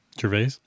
Gervais